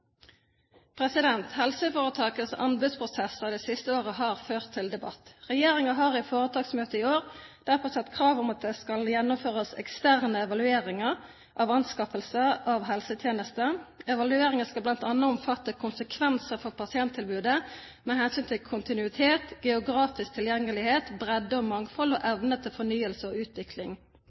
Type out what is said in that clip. kvalitetsmålinger. Helseforetakenes anbudsprosesser det siste året har ført til debatt. Regjeringen har i foretaksmøtene i år derfor satt krav om at det skal gjennomføres eksterne evalueringer av anskaffelser av helsetjenester. Evalueringen skal bl.a. omfatte konsekvenser for pasienttilbudet med hensyn til kontinuitet, geografisk tilgjengelighet, bredde og mangfold, og evne til fornyelse og utvikling.